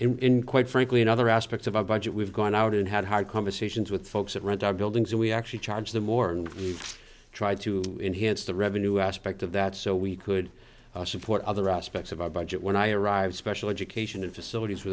in quite frankly in other aspects of our budget we've gone out and had hard conversations with folks that runs our buildings and we actually charge the more and tried to enhance the revenue aspect of that so we could support other aspects of our budget when i arrive special education